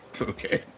Okay